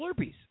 Slurpees